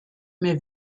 mir